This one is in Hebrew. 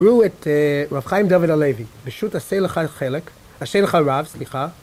ראו את רב חיים דוד הלוי, פשוט עשה לך חלק, עשה לך רב, סליחה.